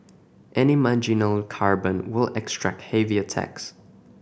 any marginal carbon will attract heavier tax